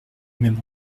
même